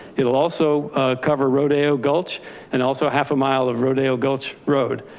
it'll also cover rodeo gulch and also half a mile of rodale gulch road.